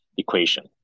equation